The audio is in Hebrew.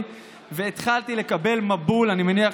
חכם, ממיכאל.